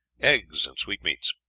eggs, and sweetmeats,